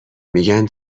میگن